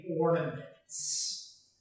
ornaments